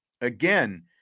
Again